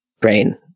brain